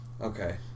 Okay